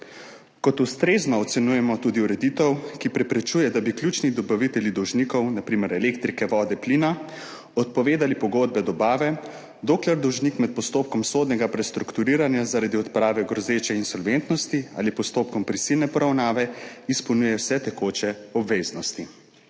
Kot ustrezno ocenjujemo tudi ureditev, ki preprečuje, da bi ključni dobavitelji dolžnikov, na primer elektrike, vode, plina, odpovedali pogodbe dobave, dokler dolžnik med postopkom sodnega prestrukturiranja zaradi odprave grozeče insolventnosti ali postopkom prisilne poravnave izpolnjuje vse tekoče obveznosti.